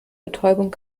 betäubung